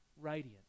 radiant